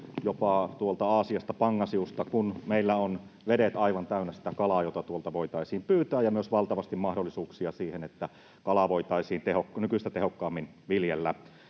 jopa Aasiasta pangasiusta, kun meillä on vedet aivan täynnä kalaa, jota sieltä voitaisiin pyytää, ja myös valtavasti mahdollisuuksia siihen, että kalaa voitaisiin nykyistä tehokkaammin viljellä.